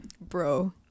Bro